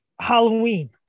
Halloween